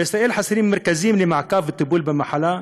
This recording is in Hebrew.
בישראל חסרים מרכזים למעקב ולטיפול במחלה.